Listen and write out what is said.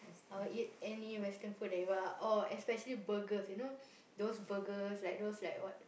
I will eat any western food that oh especially burgers you know those burgers like those like what